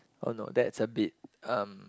oh no that is a bit um